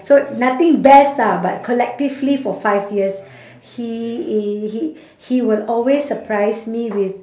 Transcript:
so nothing best ah but collectively for five years he i~ he he will always surprise me with